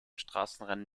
straßenrennen